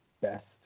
best